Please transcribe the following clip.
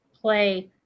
play